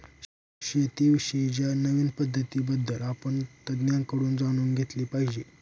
शेती विषयी च्या नवीन पद्धतीं बद्दल आपण तज्ञांकडून जाणून घेतले पाहिजे